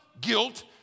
guilt